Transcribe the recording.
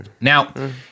Now